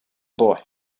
boy